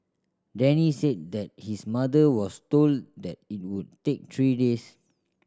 Denny said that his mother was told that it would take three days